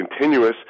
continuous